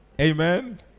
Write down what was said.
Amen